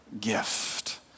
gift